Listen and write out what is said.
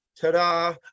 Ta-da